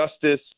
justice